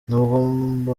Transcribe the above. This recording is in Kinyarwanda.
nubwo